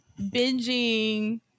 binging